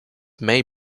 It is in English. may